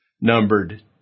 numbered